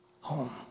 Home